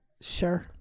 Sure